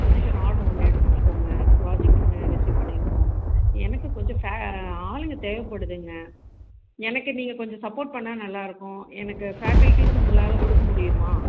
American order ஒன்னு எடுத்து இருக்கோங்க ப்ராஜெக்ட் ஒன்று ரீசிவ் பண்ணி இருக்கோம் எனக்கு கொஞ்சம் ஃப ஆளுங்க தேவைப்படுதுங்க எனக்கு நீங்கள் கொஞ்சம் சப்போர்ட் பண்ணா நல்லார்க்கும் எனக்கு ஃபேக்கல்டிஸ் உங்களால் கொடுக்க முடியுமா